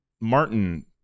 Martin